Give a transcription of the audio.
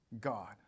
God